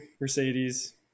Mercedes